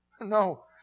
No